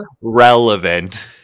relevant